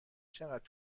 چقدر